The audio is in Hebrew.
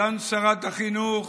סגן שרת החינוך